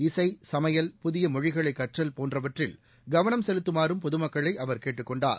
இசை சமையல் புதிய மொழிகளை கற்றல் போன்றவற்றில் கவனம் செலுத்தமாறும் பொதுமக்களை அவர் கேட்டுக் கொண்டார்